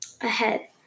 ahead